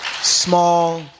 Small